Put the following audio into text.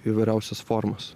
įvairiausias formas